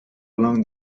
along